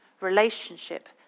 Relationship